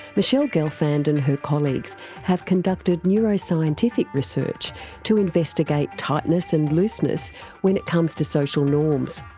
michele gelfand and her colleagues have conducted neuroscientific research to investigate tightness and looseness when it comes to social norms.